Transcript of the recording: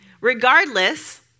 Regardless